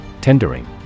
tendering